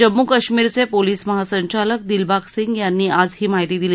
जम्मू कश्मीरचे पोलिस महासंचालक दिलबाग सिंग यांनी आज ही माहिती दिली